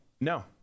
No